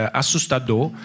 assustador